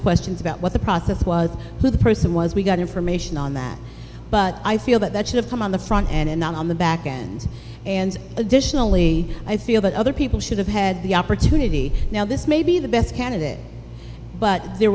questions about what the process was who the person was we got information on that but i feel that that should have come on the front and not on the backend and additionally i feel that other people should have had the opportunity now this may be the best candidate but there